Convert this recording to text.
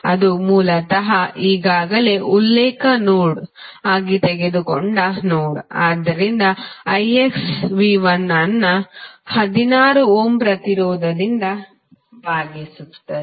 ಅದು ಮೂಲತಃ ಈಗಾಗಲೇ ಉಲ್ಲೇಖ ನೋಡ್ ಆಗಿ ತೆಗೆದುಕೊಂಡ ನೋಡ್ ಆದ್ದರಿಂದ IX V1 ಅನ್ನು 16 ಓಮ್ ಪ್ರತಿರೋಧದಿಂದ ಭಾಗಿಸುತ್ತದೆ